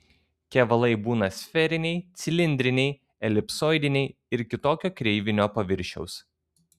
kevalai būna sferiniai cilindriniai elipsoidiniai ir kitokio kreivinio paviršiaus